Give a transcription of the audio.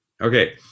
Okay